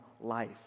life